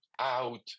out